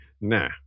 nah